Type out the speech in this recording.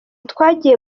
twagiye